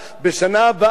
בשנה הבאה